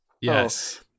Yes